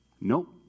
Nope